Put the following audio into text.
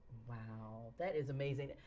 wow, that is amazing.